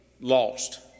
lost